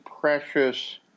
precious